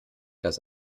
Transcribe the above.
das